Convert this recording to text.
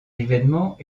événements